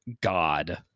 god